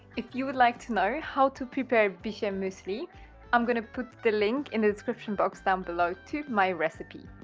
if you would like to know how to prepare fish a mystery i'm gonna put the link in the description box down below to my recipe.